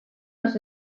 los